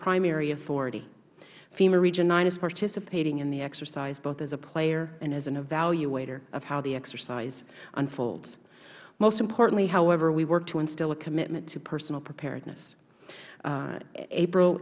primary authority fema region ix is participating in the exercise both as a player and as an evaluator of how the exercise unfolds most important however we work to instill a commitment to personal preparedness april